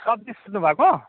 सब्जी सोध्नु भएको